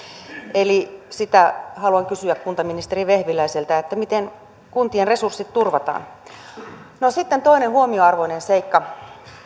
eli sitä haluan kysyä kuntaministeri vehviläiseltä että miten kuntien resurssit turvataan sitten toinen huomionarvoinen seikka